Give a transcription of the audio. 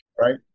right